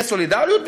יש סולידריות,